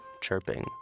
chirping